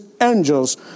angels